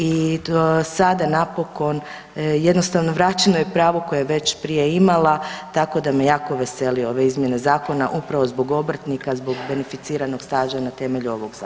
I sada napokon jednostavno vraćeno joj je pravo koje je već prije imala, tako da me jako vesele ove izmjene zakona upravo zbog obrtnika, zbog beneficiranog staža na temelju ovoga Zakona.